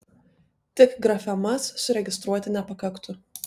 tik grafemas suregistruoti nepakaktų